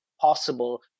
possible